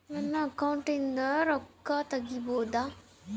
ನನ್ನ ಅಕೌಂಟಿಂದ ರೊಕ್ಕ ತಗಿಬಹುದಾ?